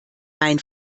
mein